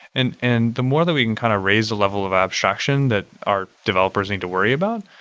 and and the more that we can kind of raise the level of abstraction that our developers need to worry about,